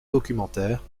documentaires